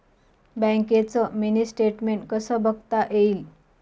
बँकेचं mini statement कसं बघता येईल?